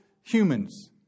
humans